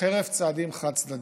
חרף צעדים חד-צדדיים.